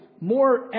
more